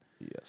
Yes